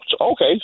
okay